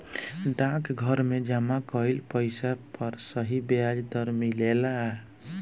डाकघर में जमा कइल पइसा पर सही ब्याज दर भी मिलेला